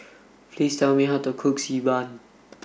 please tell me how to cook Xi Ban